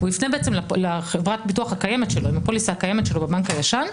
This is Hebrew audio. הוא יפנה לחברת הביטוח הקיימת שלו עם הפוליסה הקיימת שלו בבנק הישן,